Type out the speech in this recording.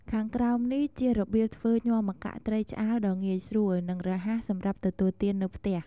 ខាងក្រោមនេះជារបៀបធ្វើញាំម្កាក់ត្រីឆ្អើរដ៏ងាយស្រួល និងរហ័សសម្រាប់ទទួលទាននៅផ្ទះ។